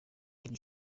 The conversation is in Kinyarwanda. iri